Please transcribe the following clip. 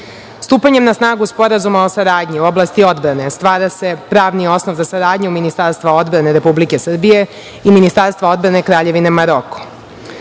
na snagu Sporazuma o saradnji u oblasti odbrane stvara se pravni osnov za saradnju Ministarstva odbrane Republike Srbije i Ministarstva odbrane Kraljevine